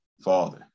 father